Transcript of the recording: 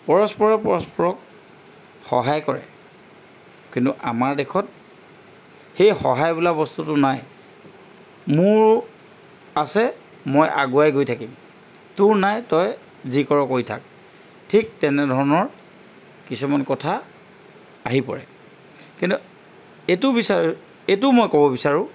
পৰস্পৰে পৰস্পৰক সহায় কৰে কিন্তু আমাৰ দেশত সেই সহায় বোলা বস্তুটো নাই মোৰ আছে মই আগুৱাই গৈ থাকিম তোৰ নাই তই যি কৰ' কৰি থাক ঠিক তেনেধৰণৰ কিছুমান কথা আহি পৰে কিন্তু এইটো বিচাৰ এইটো মই ক'ব বিচাৰোঁ